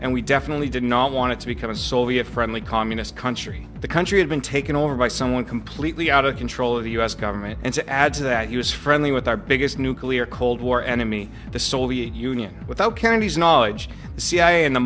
and we definitely did not want to become a soviet friendly communist country the country had been taken over by someone completely out of control of the us government and to add to that he was friendly with our biggest nuclear cold war enemy the soviet union without kennedy's knowledge the cia and the